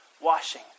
washing